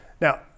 now